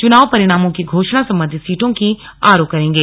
चुनाव परिणामों की घोषणा संबंधित सीटों के आरओ करेंगे